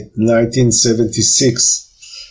1976